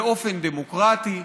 באופן דמוקרטי?